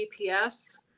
GPS